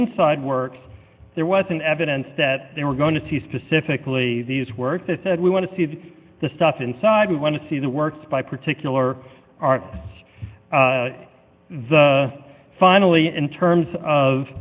inside works there was an evidence that they were going to see specifically these work that we want to see of the stuff inside we want to see the work by particular artists the finally in terms of